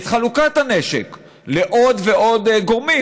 את חלוקת הנשק לעוד ועוד גורמים?